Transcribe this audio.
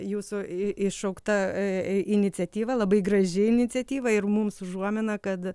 jūsų į iššaukta iniciatyva labai graži iniciatyva ir mums užuomina kad